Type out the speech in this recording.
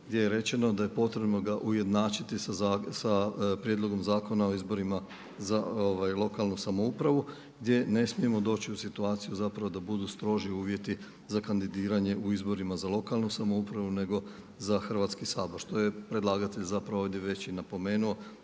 gdje je rečeno da je potrebno ga ujednačiti sa Prijedlogom zakona o izborima za lokalnu samoupravu gdje ne smijemo doći u situaciju zapravo da budu stroži uvjeti za kandidiranje u izborima za lokalnu samoupravu nego za Hrvatski sabor što je predlagatelj zapravo ovdje već i napomenuo